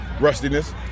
rustiness